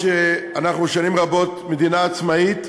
אף שאנחנו שנים רבות מדינה עצמאית,